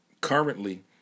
currently